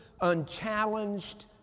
unchallenged